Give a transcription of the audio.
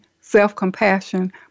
self-compassion